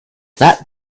that